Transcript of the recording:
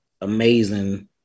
amazing